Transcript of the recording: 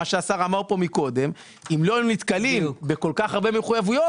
מה שהשר אמר פה קודם אם לא נתקלים בכל כך הרבה מחוייבויות,